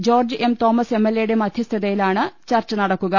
George എംിതോമുസ് എംഎൽഎയുടെ മധ്യ സ്ഥതയിലാണ് ചർച്ച നടക്കുക്